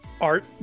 art